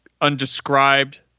undescribed